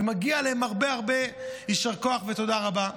ומגיע להם הרבה הרבה יישר כוח ותודה רבה.